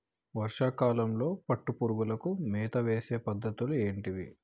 వర్షా కాలంలో పట్టు పురుగులకు మేత వేసే పద్ధతులు ఏంటివి?